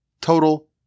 Total